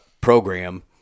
program